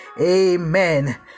Amen